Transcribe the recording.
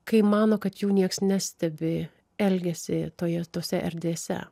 kai mano kad jų niekas nestebi elgiasi toje tose erdvėse